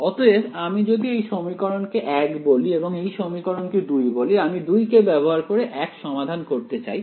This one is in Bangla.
অতএব আমি যদি এই সমীকরণকে 1 বলি এবং এই সমীকরণকে 2 বলি আমি 2 কে ব্যবহার করে 1 সমাধান করতে চাই